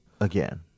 again